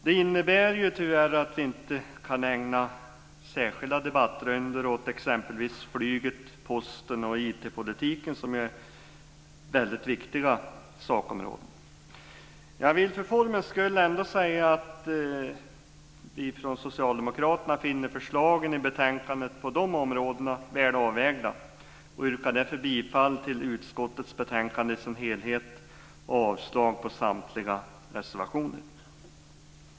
Det innebär tyvärr att vi inte kan ägna särskilda debattrundor åt exempelvis flyg, post och IT-politik, vilket är väldigt viktiga sakområden. Jag vill för formens skull ändå säga att vi finner förslagen i betänkandet på de områdena väl avvägda och yrkar därför bifall till utskottets hemställan i betänkandet i dess helhet och avslag på samtliga reservationer.